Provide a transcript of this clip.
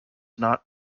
not